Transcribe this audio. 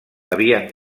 havien